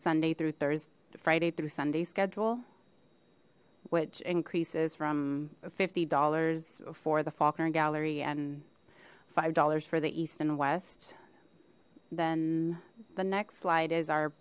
sunday through thursday friday through sunday schedule which increases from fifty dollars for the faulkner gallery and five dollars for the east and west then the next slide is